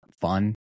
fun